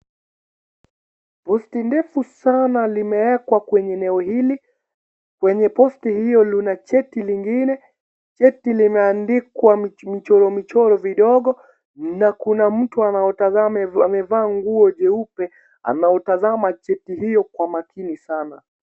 Posti ndefu sana limewekwa kwenye eneo hili. Kwenye posti hio kuna cheti nyingine. Cheti limandikwa michoromichoro mivogo na kuna mtu anayetazama amevaa nguo jeupe, anautazama cheti hio kwa makini sana.